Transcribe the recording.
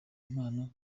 impano